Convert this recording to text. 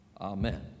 Amen